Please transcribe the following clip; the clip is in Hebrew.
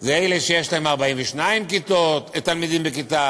הן אלה שיש בהן 42 תלמידים בכיתה,